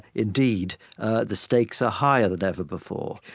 indeed the stakes are higher than ever before.